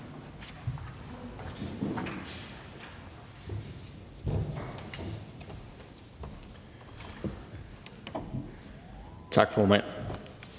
Tak for det.